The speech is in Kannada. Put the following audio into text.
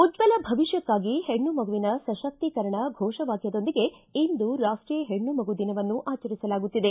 ಉಜ್ವಲ ಭವಿಷ್ಣಕ್ಕಾಗಿ ಹೆಣ್ಣು ಮಗುವಿನ ಸಶಕ್ತೀಕರಣ ಘೋಷ ವಾಕ್ಕದೊಂದಿಗೆ ಇಂದು ರಾಷ್ವೀಯ ಹೆಣ್ಣು ಮಗು ದಿನವನ್ನು ಆಚರಿಸಲಾಗುತ್ತಿದೆ